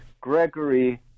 Gregory